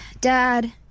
dad